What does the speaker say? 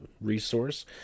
resource